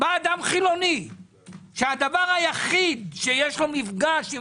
בא אדם חילוני שהדבר היחיד שיש לו מפגש עם